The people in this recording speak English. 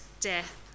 death